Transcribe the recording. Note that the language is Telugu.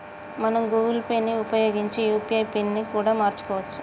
మనం గూగుల్ పే ని ఉపయోగించి యూ.పీ.ఐ పిన్ ని కూడా మార్చుకోవచ్చు